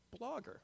blogger